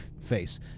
face